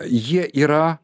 jie yra